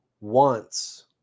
wants